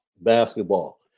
basketball